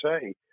say